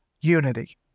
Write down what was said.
unity